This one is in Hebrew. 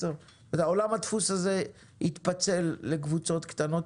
10. עולם הדפוס הזה יתפצל לקבוצות קטנות